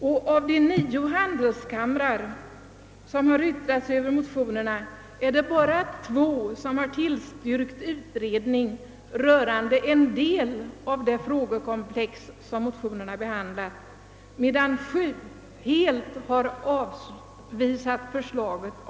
Och av de nio handelskamrar som yttrat sig över motionerna är det bara två som har tillstyrkt utredning rörande en del av de frågor som motionerna behandlar, medan sju har helt avvisat förslaget.